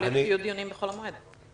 יהיו דיונים בחול המועד?